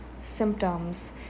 symptoms